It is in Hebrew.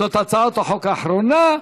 זאת הצעת החוק האחרונה.